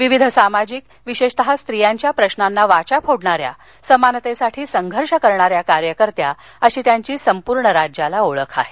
विविध सामाजिक विशेषतः स्त्रियांच्या प्रश्नांना वाचा फोडणाऱ्या समानतेसाठी संघर्ष करणाऱ्या कार्यकर्त्या अशी त्यांची संपूर्ण राज्याला ओळख आहे